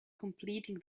completing